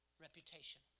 reputation